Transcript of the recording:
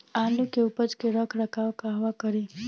आलू के उपज के रख रखाव कहवा करी?